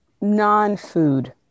non-food